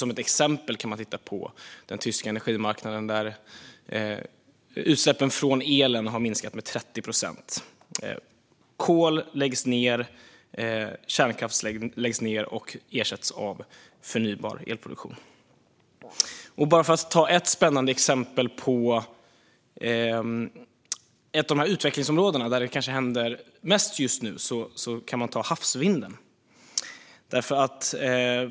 Som ett exempel kan man titta på den tyska energimarknaden där utsläppen från elen har minskat med 30 procent. Kol och kärnkraftsproduktion läggs ned och ersätts av förnybar elproduktion. Jag ska nämna ett spännande exempel på ett av de utvecklingsområden där det kanske händer mest just nu, nämligen havsvinden.